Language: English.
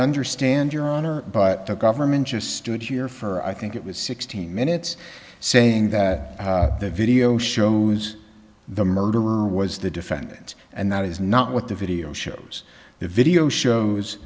understand your honor but the government just stood here for i think it was sixteen minutes saying that the video shows the murderer was the defendant and that is not what the video shows the video shows